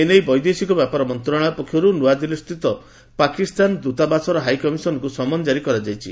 ଏନେଇ ବୈଦେଶିକ ବ୍ୟାପାର ମନ୍ତ୍ରଣାଳୟ ପକ୍ଷରୁ ଦିଲ୍ଲୀସ୍ଥିତ ପାକିସ୍ତାନ ଦୂତାବାସର ହାଇ କମିଶନ୍ଙ୍କୁ ସମନ୍ ଜାରି କରାଯାଇଛି